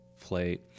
play